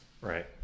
Right